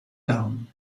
down